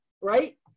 Right